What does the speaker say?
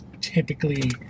typically